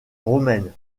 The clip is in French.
romaine